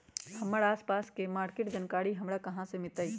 हमर आसपास के मार्किट के जानकारी हमरा कहाँ से मिताई?